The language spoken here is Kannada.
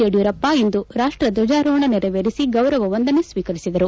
ಯಡಿಯೂರಪ್ಪ ಇಂದು ರಾಷ್ಟ ದ್ವಜಾರೋಹಣ ನೆರವೇರಿಸಿ ಗೌರವ ವಂದನೆ ಸ್ವೀಕರಿಸಿದರು